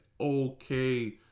okay